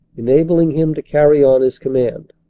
enabling him to carry on his command.